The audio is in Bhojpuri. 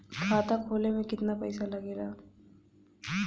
खाता खोले में कितना पैसा लगेला?